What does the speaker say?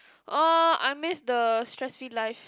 uh I miss the stress free life